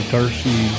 Darcy